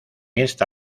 esta